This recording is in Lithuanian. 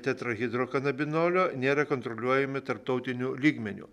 teatrahidrokanabinolio nėra kontroliuojami tarptautiniu lygmeniu